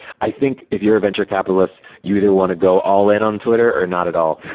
i think if you're a venture capitalists, you either want to go all in on twitter or not at all.